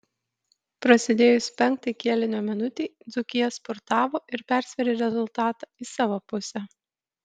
prasidėjus penktai kėlinio minutei dzūkija spurtavo ir persvėrė rezultatą į savo pusę